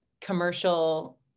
commercial